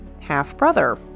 half-brother